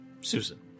Susan